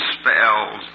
spells